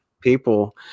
people